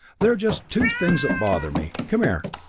there are just two things that bother me. come here.